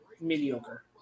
mediocre